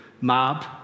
Mob